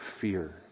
fear